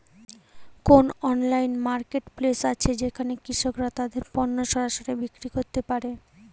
কোন online marketplace আছে যেখানে কৃষকরা তাদের পণ্য সরাসরি বিক্রি করতে পারে?